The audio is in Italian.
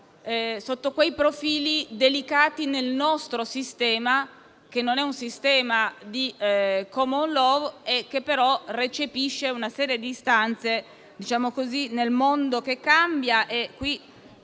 sotto quei profili delicati nel nostro sistema, che non è un sistema di *common law* e che però recepisce una serie di istanze, nel mondo che cambia e - qui